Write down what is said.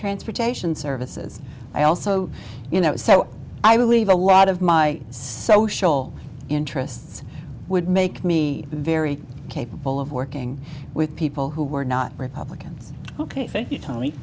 transportation services i also you know so i believe a lot of my social interests would make me very capable of working with people who were not republicans ok